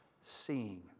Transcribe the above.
seeing